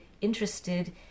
interested